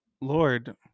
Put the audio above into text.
Lord